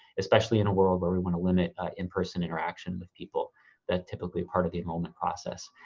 especially in a world where we want to limit in person interaction with people that typically part of the enrollment process.